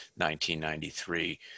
1993